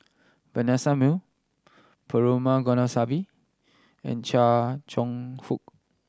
Vanessa Mae Perumal Govindaswamy and Chia Cheong Fook